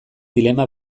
dilema